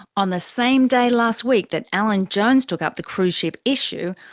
on the same day last week that alan jones took up the cruise ship issue,